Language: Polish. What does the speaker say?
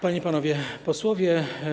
Panie i Panowie Posłowie!